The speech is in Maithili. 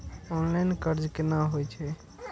ऑनलाईन कर्ज केना होई छै?